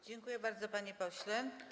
Dziękuję bardzo, panie pośle.